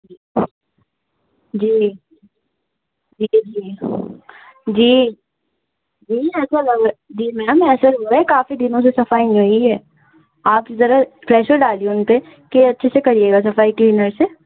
جی جی جی جی جی ایسا لگ جی میم ایسا لگ رہا ہے کافی دنوں سے صفائی نہیں ہوئی ہے آپ ذرا پریشر ڈالیے ان پہ کہ اچھے سے کریے گا صفائی کلینر سے